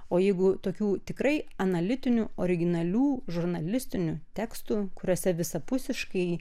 o jeigu tokių tikrai analitinių originalių žurnalistinių tekstų kuriuose visapusiškai